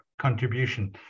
contribution